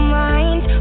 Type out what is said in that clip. mind